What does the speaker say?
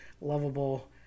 lovable